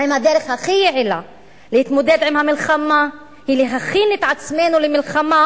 האם הדרך הכי יעילה להתמודד עם המלחמה היא להכין את עצמנו למלחמה,